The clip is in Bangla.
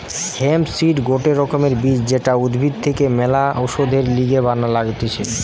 হেম্প সিড গটে রকমের বীজ যেটা উদ্ভিদ থেকে ম্যালা ওষুধের লিগে লাগতিছে